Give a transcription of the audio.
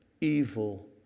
evil